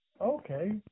okay